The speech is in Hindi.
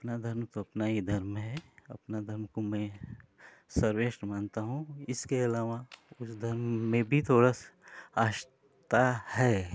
अपना धर्म तो अपना हीं धर्म है अपना धर्म को मैं सर्वश्रेष्ठ मानता हूँ इसके अलावा उस धर्म में भी थोड़ा आस्था है